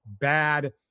bad